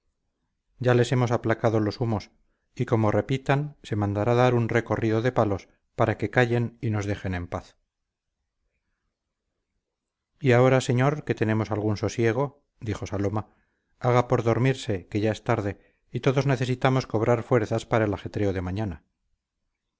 ya les hemos aplacado los humos y como repitan se mandará dar un recorrido de palos para que callen y nos dejen en paz y ahora señor que tenemos algún sosiego dijo saloma haga por dormirse que ya es tarde y todos necesitamos cobrar fuerzas para el ajetreo de mañana